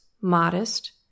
modest